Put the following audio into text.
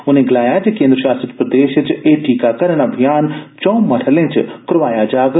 उनें गलाया जे केन्द्र शासित प्रदेश चे एह् टीकाकरण अभियान चौं मरहलें च करोआया जाग